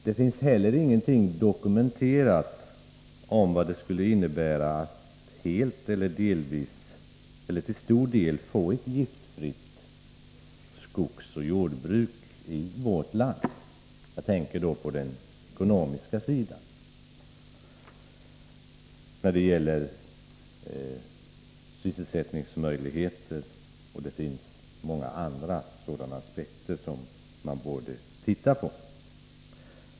Det finns heller ingenting dokumenterat om vad det skulle innebära att få till stånd ett helt eller till stor del giftfritt skogsoch jordbruk i vårt land — ekonomiskt, sysselsättningsmässigt och ur många andra aspekter som bör studeras.